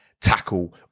tackle